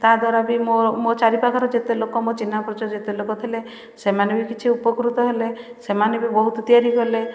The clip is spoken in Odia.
ତା ଦ୍ୱାରା ବି ମୋ ମୋ ଚାରି ପାଖର ଯେତେ ଲୋକ ମୋ ଚିହ୍ନା ପରିଚର ଯେତେ ଲୋକ ଥିଲେ ସେମାନେ ବି କିଛି ଉପକୃତ ହେଲେ ସେମାନେ ବି ବହୁତ ତିଆରି କଲେ